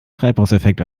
treibhauseffekt